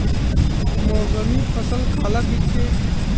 मौसमी फसल काला कइथे?